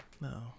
No